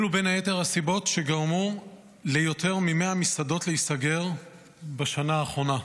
אלו בין היתר הסיבות שגרמו ליותר מ-100 מסעדות להיסגר בשנה האחרונה.